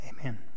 Amen